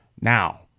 Now